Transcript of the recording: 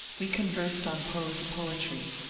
we conversed on poe's poetry.